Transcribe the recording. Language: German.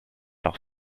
auch